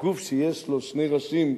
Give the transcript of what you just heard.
גוף שיש לו שני ראשים,